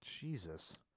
Jesus